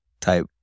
type